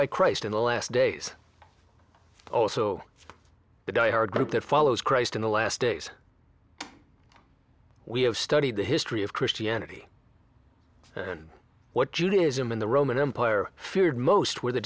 by christ in the last days also the die hard group that follows christ in the last days we have studied the history of christianity and what judaism in the roman empire feared most were the